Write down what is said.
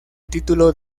título